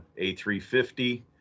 A350